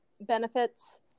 benefits